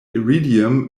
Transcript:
iridium